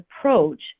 approach